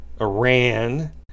Iran